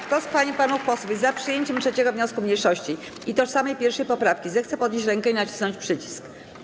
Kto z pań i panów posłów jest za przyjęciem 3. wniosku mniejszości i tożsamej 1. poprawki, zechce podnieść rękę i nacisnąć przycisk.